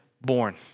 born